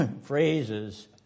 phrases